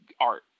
art